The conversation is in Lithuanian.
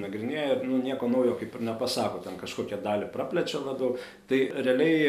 nagrinėja nu nieko naujo kaip ir nepasako ten kažkokią dalį praplečia labiau tai realiai